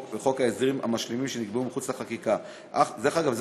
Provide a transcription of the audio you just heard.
וההסדרים המשלימים שנקבעו מחוץ לחקיקה דרך אגב,